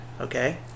Okay